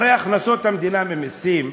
הרי הכנסות המדינה ממסים,